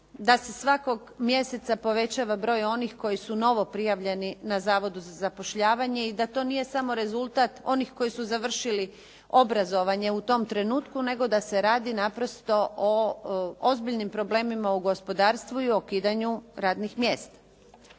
da se svakog mjeseca povećava broj onih koji su novo prijavljeni na zavodu za zapošljavanje i da to nije samo rezultat onih koji su završili obrazovanje u tom trenutku, nego da se radi naprosto o ozbiljnim problemima u gospodarstvu i o ukidanju radnih mjesta.